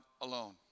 alone